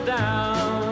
down